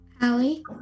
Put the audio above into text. Allie